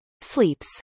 Sleeps